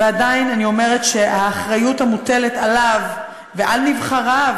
ועדיין אני אומרת שהאחריות המוטלת עליו ועל נבחריו